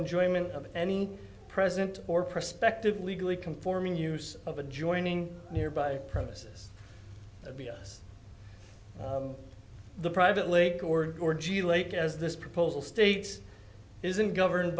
enjoyment of any president or prospective legally conforming use of adjoining nearby premises that b s the private lake or gorgie lake as this proposal states isn't governed